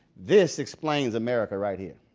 this explains america right here.